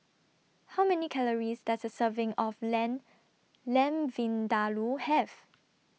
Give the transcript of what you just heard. How Many Calories Does A Serving of Lamb Lamb Vindaloo Have